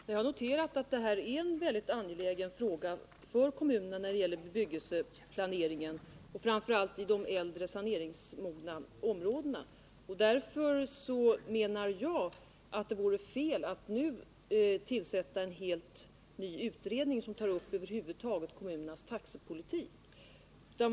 Herr talman! Jag har noterat att detta är en mycket angelägen fråga för kommunerna när det gäller bebyggelseplaneringen och då framför allt i de äldre saneringsmogna områdena. Därför menar jag att det vore fel att nu tillsätta en helt ny utredning som tar upp kommunernas taxepolitik över huvud taget.